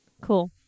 cool